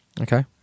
okay